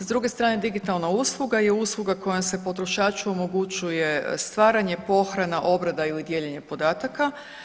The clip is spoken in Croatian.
S druge strane digitalna usluga je usluga kojom se potrošaču omogućuje stvaranje, pohrana, obrada ili dijeljenje podataka.